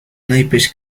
naipes